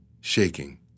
shaking